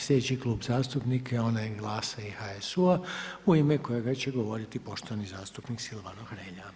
Sljedeći Klub zastupnika je onaj GLAS-a i HSU-a u ime kojega će govoriti poštovani zastupnik Silvano Hrelja.